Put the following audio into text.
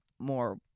More